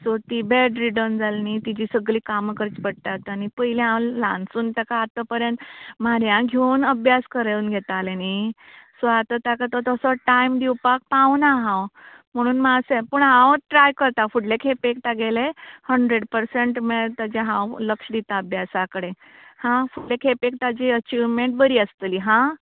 so ती bedridden जाली न्ही तिजी सगलीं कामां करची पडटात आनी पयलीं हांव ल्हानसून तेका आतां पर्यंत म्हाऱ्यांत घेवन अभ्यास करून घेतालें न्ही सो आता तेका तसो चड टायम दिवपाक पावना हांव म्हुणून मात्शें पूण हांव ट्राय करतां फुडले खेपेक तेगेलें हंड्रेड पर्संट मेळत ताचें हांव लक्ष दिता अभ्यासा कडेन हां फुडले खेपेक ताजी एचीवमॅंट बरी आसतली हां